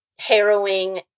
harrowing